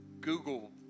Google